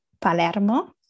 Palermo